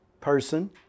person